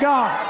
God